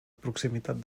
proximitat